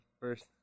first